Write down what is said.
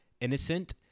innocent